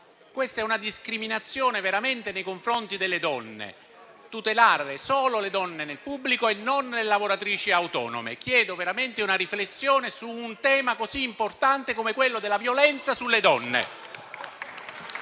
veramente una discriminazione nei confronti delle donne tutelare solo le donne nel pubblico e non le lavoratrici autonome. Chiedo che si faccia davvero una riflessione su un tema così importante come quello della violenza sulle donne.